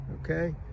Okay